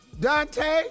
Dante